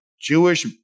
Jewish